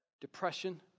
depression